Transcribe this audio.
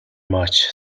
much